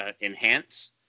enhance